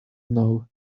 know